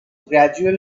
gradual